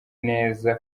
neza